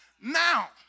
Now